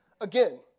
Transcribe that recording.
again